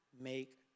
make